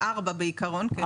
ארבע בעיקרון, כן?